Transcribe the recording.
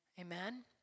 Amen